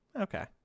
Okay